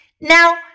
Now